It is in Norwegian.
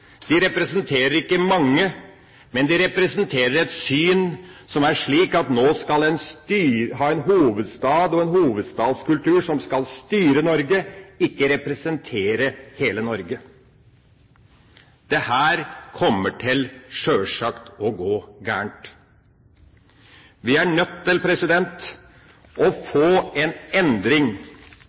De representerer ikke mange, men de representerer et syn som er slik at en nå skal ha en hovedstad og en hovedstadskultur som skal styre Norge, ikke representere hele Norge. Dette kommer sjølsagt til å gå galt. Vi er nødt til å få en endring,